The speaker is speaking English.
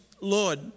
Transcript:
Lord